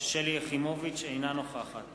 אינה נוכחת